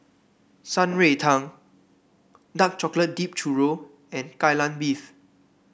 Shan Rui Tang Dark Chocolate Dip Churro and Kai Lan Beef